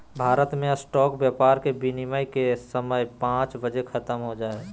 भारत मे स्टॉक व्यापार के विनियम के समय पांच बजे ख़त्म हो जा हय